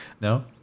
No